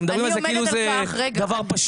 אתם מדברים על זה כאילו זה דבר פשוט.